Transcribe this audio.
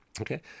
okay